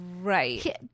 Right